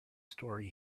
story